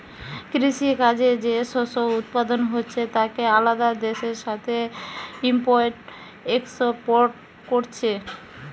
কৃষি কাজে যে শস্য উৎপাদন হচ্ছে তাকে আলাদা দেশের সাথে ইম্পোর্ট এক্সপোর্ট কোরছে